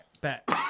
bet